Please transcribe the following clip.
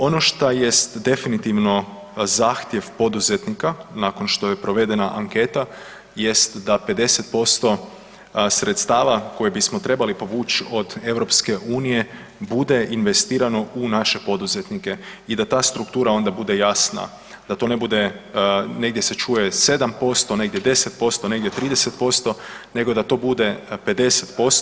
Ono šta jest definitivno zahtjev poduzetnika nakon što je provedena anketa, jest da 50% sredstava koje bismo trebali povuć od EU bude investirano u naše poduzetnike i da ta struktura onda bude jasna, da to ne bude, negdje se čuje 7%, negdje 10%, negdje 30% nego da to bude 50%